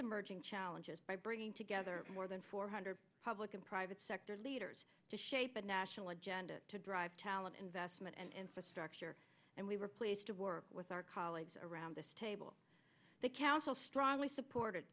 emerging challenges by bringing together more than four hundred public and private sector leaders to shape a national agenda to drive talent investment and infrastructure and we were pleased to work with our colleagues around this table the council strongly supported